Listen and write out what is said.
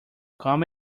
come